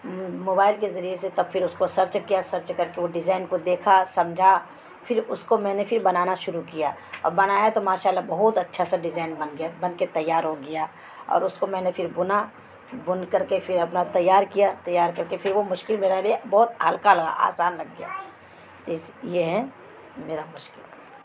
mobile کے ذریعے سے تب پھر اس کو سرچ کیا سرچ کر کے وہ ڈیزائن کو دیکھا سمجھا پھر اس کو میں نے پھر بنانا شروع کیا اور بنایا تو ماشاء اللہ بہت اچھا سا ڈیزائن بن گیا بن کے تیار ہو گیا اور اس کو میں نے پھر بنا بن کر کے پھر اپنا تیار کیا تیار کر کے پھر وہ مشکل میرا لیے بہت ہلکا لگا آسان لگ گیا تو اس یہ ہے میرا مشکل